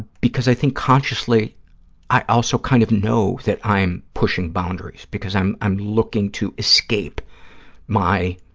because i think consciously i also kind of know that i am pushing boundaries, because i'm i'm looking to escape my,